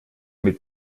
mit